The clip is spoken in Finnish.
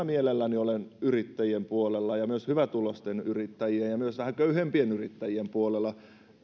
mielelläni olen yrittäjien puolella ja myös hyvätuloisten yrittäjien ja myös vähän köyhempien yrittäjien puolella